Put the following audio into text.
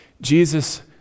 Jesus